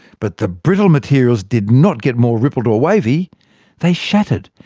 but the brittle materials did not get more rippled or wavey they shattered.